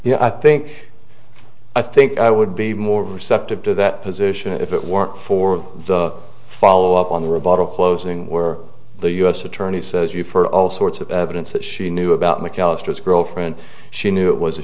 know i think i think i would be more receptive to that position if it weren't for the follow up on the robot of closing where the u s attorney says you for all sorts of evidence that she knew about mcallister's girlfriend she knew it was a